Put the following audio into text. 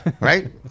right